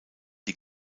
die